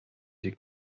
der